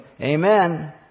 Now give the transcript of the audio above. amen